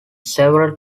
several